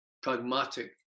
pragmatic